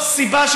יש מעסיק.